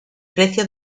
precio